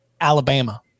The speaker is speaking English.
Alabama